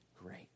great